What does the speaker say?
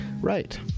Right